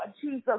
Jesus